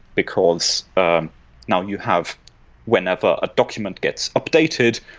because now you have whenever a document gets updated,